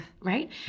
right